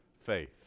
faith